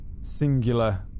singular